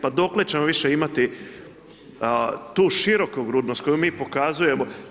Pa dokle ćemo više imati tu širokogrudnost koju mi pokazujemo.